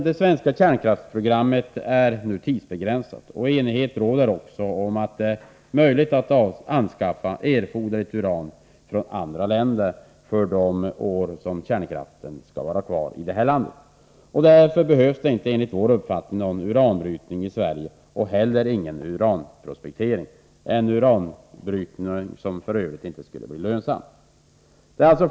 Det svenska kärnkraftsprogrammet är nu tidsbegränsat, och enighet råder också om att det är möjligt att anskaffa erforderligt uran från andra länder för de år då kärnkraften skall vara kvar i vårt land. Därför behövs det inte någon uranbrytning och inte heller någon uranprospektering i Sverige. En sådan uranbrytning skulle f. ö. dessutom inte bli lönsam.